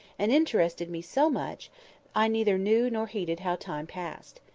and interested me so much i neither knew nor heeded how time passed.